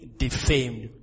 defamed